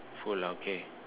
full ah okay